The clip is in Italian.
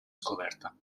scoperta